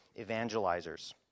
evangelizers